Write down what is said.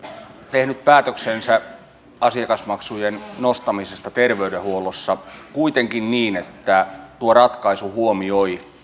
tehnyt päätöksensä asiakasmaksujen nostamisesta terveydenhuollossa kuitenkin niin että tuo ratkaisu huo mioi